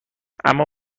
اما